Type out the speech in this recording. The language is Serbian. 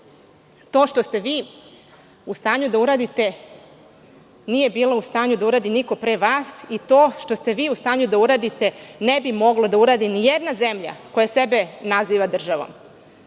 toga što ste vi bili u stanju da uradite, nije bio u stanju da uradi niko pre vas, i to što ste vi u stanju da uradite, ne bi mogla da uradi ni jedna zemlja koja sebe naziva državom.